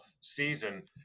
season